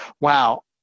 wow